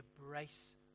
embrace